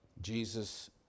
Jesus